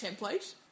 template